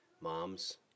moms